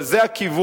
אבל זה הכיוון.